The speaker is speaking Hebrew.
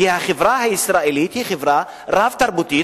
כי החברה הישראלית היא חברה רב-תרבותית,